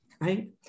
right